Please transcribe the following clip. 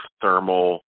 thermal